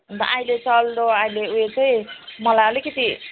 अनि त अहिले चल्दो आहिले ऊ यो चाहिँ मलाई आलिकति